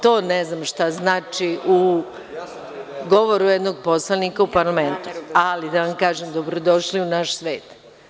To ne znam šta znači u govoru jednog poslanika u parlamentu, ali da vam kažem - dobro došli u naš svet.